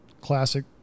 classic